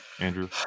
Andrew